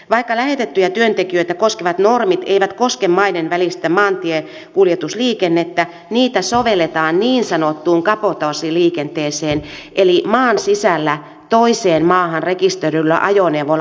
vaikka lähetettyjä työntekijöitä koskevat normit eivät koske maiden välistä maantiekuljetusliikennettä niitä sovelletaan niin sanottuun kabotaasiliikenteeseen eli maan sisällä toiseen maahan rekisteröidyllä ajoneuvolla ajettaviin kuljetuksiin